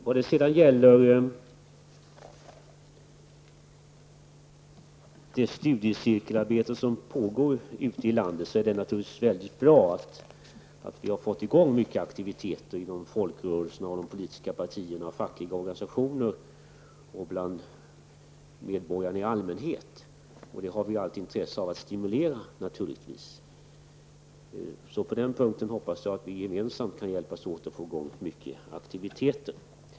När det gäller det studiecirkelsarbete som pågår ute i landet är det naturligtvis väldigt bra att det har kommit i gång mycket aktiviteter inom folkrörelserna, inom de politiska partierna, inom de fackliga organisationerna och bland medborgarna i allmänhet. Det finns all anledning att stimulera detta arbete. Jag hoppas att vi på den punkten gemensamt kan hjälpas åt och få i gång många aktiviteter.